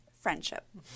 Friendship